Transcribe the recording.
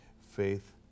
Faith